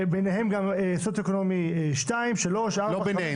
וביניהן גם סוציו-אקונומי 2, 3, 4, 5. לא ביניהן.